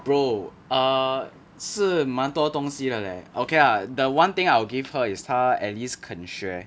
bro err 是蛮多东西的 leh okay lah the one thing I'll give her is 她 at least 肯学